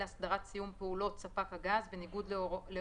להסדרת 1,000 בשל כל צרכן סיום פעולות ספק הגז,